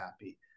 happy